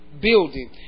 building